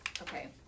Okay